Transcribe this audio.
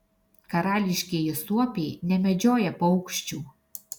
karališkieji suopiai nemedžioja paukščių